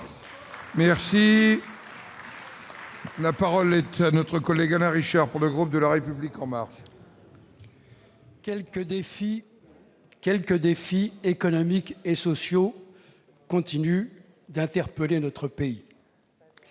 La parole est à M. Alain Richard, pour le groupe La République En Marche. Quelques défis économiques et sociaux continuent d'interpeller notre pays.